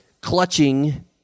clutching